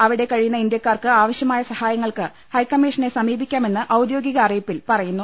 അവിടെ കഴിയുന്ന ഇന്ത്യക്കാർക്ക് ആവശ്യമായ സഹായ ങ്ങൾക്ക് ഹൈക്കമ്മീഷനെ സമീപിക്കാമെന്ന് ഔദ്യോഗിക അറിയിപ്പിൽ പറയുന്നു